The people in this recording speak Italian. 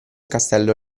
castello